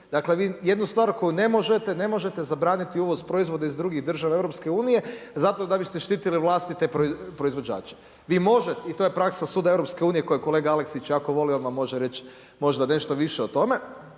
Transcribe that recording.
Dakle vi jednu stvar koju ne možete, ne možete zabraniti uvoz proizvoda iz drugih država EU-a zato da bi ste štitili vlastite proizvođače. Vi možete i to je praksa suda EU-a koje kolega Aleksić jako voli, on vam može reći možda nešto više o tome.